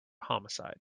homicide